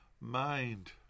mind